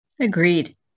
Agreed